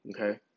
okay